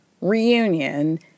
reunion